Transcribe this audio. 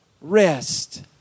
rest